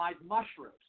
mushrooms